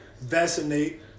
vaccinate